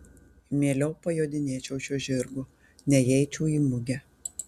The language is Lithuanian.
mieliau pajodinėčiau šiuo žirgu nei eičiau į mugę